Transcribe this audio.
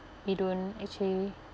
we don't actually